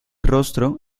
rostro